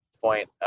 point